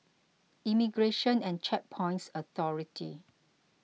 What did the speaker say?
Immigration and Checkpoints Authority